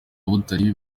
butare